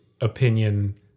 opinion